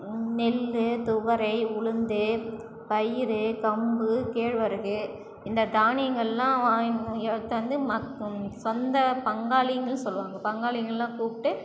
நெல் துவரை உளுந்து பயிறு கம்பு கேழ்வரகு இந்த தானியங்கள்லாம் வாங்கி எடுத்துட்டு வந்து மக் சொந்த பங்காளிங்க சொல்லுவாங்க பங்காளிங்கள்லாம் கூப்பிட்டு